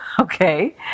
okay